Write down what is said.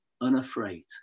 unafraid